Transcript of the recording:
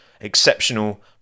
exceptional